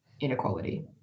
inequality